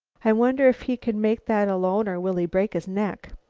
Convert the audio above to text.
i wonder if he can make that alone or will he break his neck?